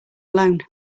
loan